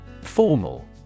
Formal